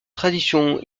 tradition